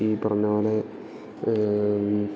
ഈ പറഞ്ഞ പോലെ